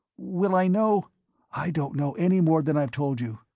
will i know i don't know any more than i've told you,